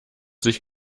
sich